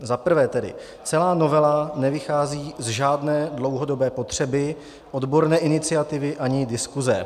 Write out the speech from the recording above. Za prvé, celá novela nevychází z žádné dlouhodobé potřeby, odborné iniciativy ani diskuse.